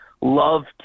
love